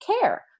care